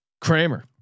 Kramer